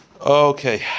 Okay